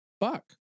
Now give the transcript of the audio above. Fuck